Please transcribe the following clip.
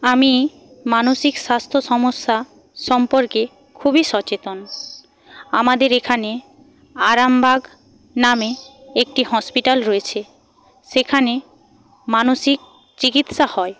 আমি মানসিক স্বাস্থ্য সমস্যা সম্পর্কে খুবই সচেতন আমাদের এখানে আরামবাগ নামে একটি হসপিটাল রয়েছে সেখানে মানসিক চিকিৎসা হয়